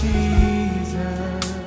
Jesus